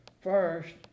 First